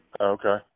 Okay